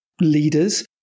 leaders